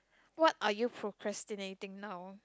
what are you procrastinating now